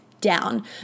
Down